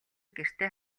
гэртээ